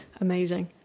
amazing